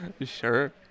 Sure